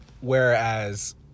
whereas